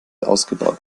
ausgebaut